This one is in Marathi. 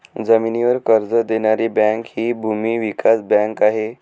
जमिनीवर कर्ज देणारी बँक हि भूमी विकास बँक आहे